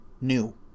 New